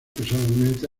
personalmente